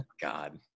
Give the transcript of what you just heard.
God